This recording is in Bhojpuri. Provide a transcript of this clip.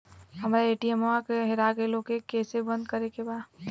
हमरा ए.टी.एम वा हेरा गइल ओ के के कैसे बंद करे के बा?